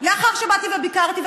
לאחר שבאתי וביקרתי,